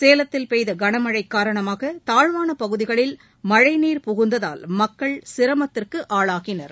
சேலத்தில் பெய்த கனமழை காரணமாக தாழ்வான பகுதிகளில் மழை நீர் புகுந்ததால் மக்கள் சிரமத்திற்கு ஆளாகினர்